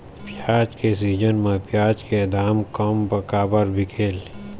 प्याज के सीजन म प्याज के दाम कम काबर बिकेल?